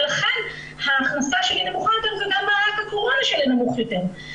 ולכן ההכנסה שלי נמוכה וגם מענק הקורונה שלי נמוך יותר.